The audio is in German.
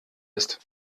ist